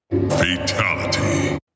Fatality